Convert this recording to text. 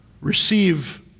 receive